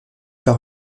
par